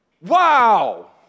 wow